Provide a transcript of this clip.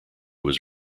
was